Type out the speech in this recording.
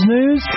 News